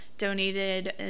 donated